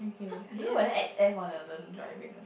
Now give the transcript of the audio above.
okay I don't know whether X_F want to learn driving or